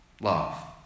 love